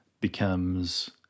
becomes